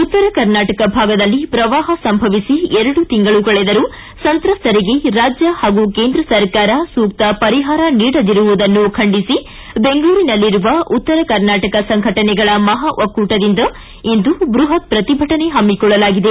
ಉತ್ತರ ಕರ್ನಾಟಕ ಭಾಗದಲ್ಲಿ ಪ್ರವಾಹ ಸಂಭವಿಸಿ ಎರಡು ತಿಂಗಳು ಕಳೆದರೂ ಸಂತ್ರಸ್ವರಿಗೆ ರಾಜ್ಯ ಹಾಗೂ ಕೇಂದ್ರ ಸರ್ಕಾರ ಸೂಕ್ತ ಪರಿಹಾರ ನೀಡದಿರುವುದನ್ನು ಖಂಡಿಸಿ ಬೆಂಗಳೂರಿನಲ್ಲಿರುವ ಉತ್ತರ ಕನಾಟಕ ಸಂಘಟನೆಗಳ ಮಹಾ ಒಕ್ಕೂಟದಿಂದ ಇಂದು ಬೃಹತ್ ಪ್ರತಿಭಟನೆ ಹಮ್ಮಿಕೊಳ್ಳಲಾಗಿದೆ